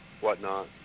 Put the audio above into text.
whatnot